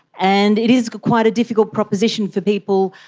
and it is quite a difficult proposition for people,